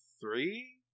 three